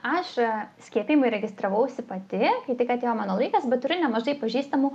aš skiepijimui registravausi pati kai tik atėjo mano laikas bet turiu nemažai pažįstamų